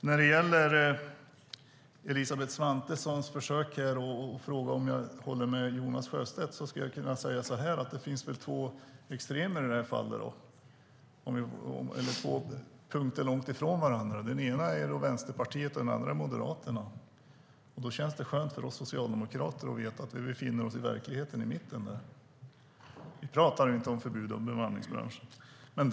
När det gäller Elisabeth Svantessons försök att fråga om jag håller med Jonas Sjöstedt skulle jag kunna säga så här: Det finns väl två extremer i det här fallet, eller två punkter som är långt ifrån varandra. Den ena är Vänsterpartiet; den andra är Moderaterna. Då känns det skönt för oss socialdemokrater att veta att vi befinner oss i verkligheten, i mitten. Vi pratar inte om förbud för bemanningsbranschen.